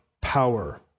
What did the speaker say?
power